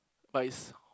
but it's